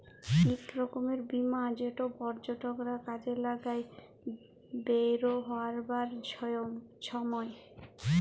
ইক রকমের বীমা যেট পর্যটকরা কাজে লাগায় বেইরহাবার ছময়